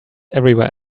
everywhere